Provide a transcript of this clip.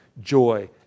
joy